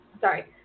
sorry